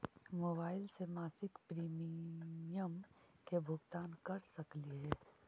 Mobile से मासिक premium के भुगतान कर सकली हे?